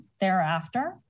thereafter